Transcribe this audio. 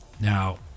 Now